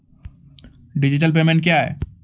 Digital payment क्या हैं?